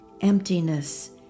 emptiness